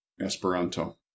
Esperanto